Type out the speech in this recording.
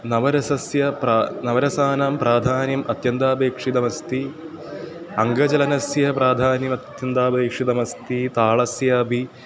नवरसस्य प्रा नवरसानां प्राधान्यम् अत्यन्तापेक्षितमस्ति अङ्गचालनस्य प्राधान्यमत्यन्तापेक्षितमस्ति तालस्य अपि